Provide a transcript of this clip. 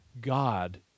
God